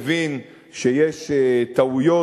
מבין שיש טעויות,